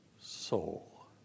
soul